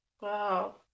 wow